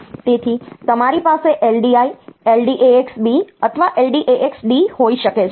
તેથી તમારી પાસે LDI LDAX B અથવા LDAX D હોઈ શકે છે